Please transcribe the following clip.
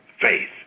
faith